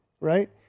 right